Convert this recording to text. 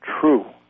True